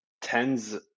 tens